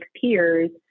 peers